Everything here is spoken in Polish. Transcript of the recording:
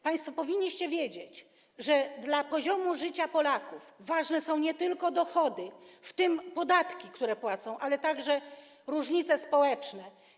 Państwo powinniście wiedzieć, że dla poziomu życia Polaków ważne są nie tylko dochody, w tym podatki, które oni płacą, ale także różnice społeczne.